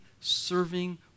serving